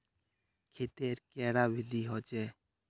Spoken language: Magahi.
खेत तेर कैडा विधि होचे?